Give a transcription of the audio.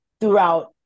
throughout